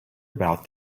about